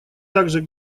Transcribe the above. также